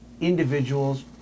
individuals